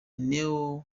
neo